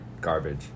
Garbage